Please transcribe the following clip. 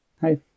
hi